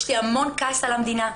יש לי המון כעס על המדינה.